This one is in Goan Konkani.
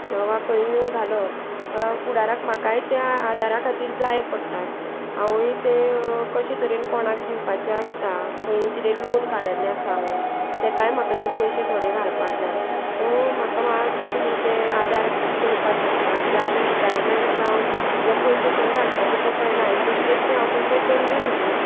किंवां खंय घालप फुडाराक म्हाकाय त्या आदारा खातीर जाय पडटात हांवूय ते कशें तरेन कोणाक दिवपाचे आसता खंय कितें लोन काडलें आसा हांवें तेकाय म्हाका ते पयशे थोडे घालपाक जाय सो म्हाका मातशें तुमी तें आदार करपाक शकता किदें आतां रिटायरमेंट जावन हे पयशे खंय घालपाचे ते कळना आनी बेश्टेच ते हांव तशेंच दवरूंक शकना